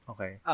Okay